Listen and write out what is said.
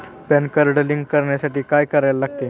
Pan card link करण्यासाठी काय करायला लागते?